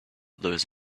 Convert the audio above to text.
those